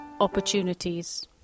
opportunities